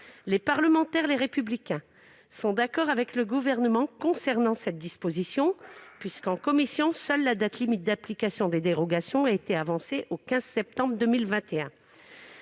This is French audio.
Les parlementaires du groupe Les Républicains sont d'accord avec le Gouvernement concernant cette disposition puisqu'en commission seule la date limite d'application des dérogations a été avancée au 15 septembre 2021.